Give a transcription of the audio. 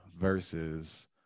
versus